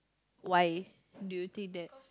why do you think that